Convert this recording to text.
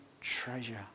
treasure